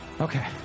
Okay